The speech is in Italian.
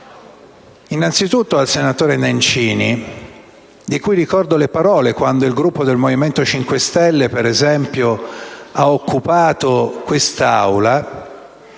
innanzitutto al senatore Nencini, di cui ricordo le parole quando il Gruppo del Movimento 5 Stelle ha occupato quest'Aula,